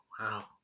Wow